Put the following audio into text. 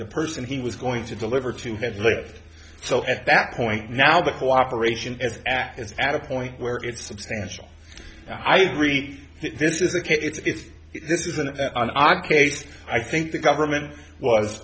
the person he was going to deliver to had lived so at that point now the cooperation as act is at a point where it substantial i agree that this is the case it's this is an odd case i think the government was